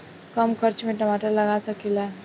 कम खर्च में टमाटर लगा सकीला?